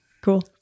Cool